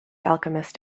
alchemist